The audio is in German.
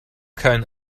kein